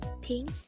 Pink